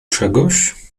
czegoś